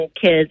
kids